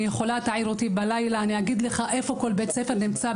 אתה יכול להעיר אותי בלילה ואני אגיד לך איפה כל בית ספר נמצא,